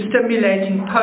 stimulating